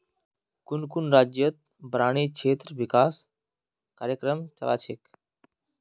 कुन कुन राज्यतत बारानी क्षेत्र विकास कार्यक्रम चला छेक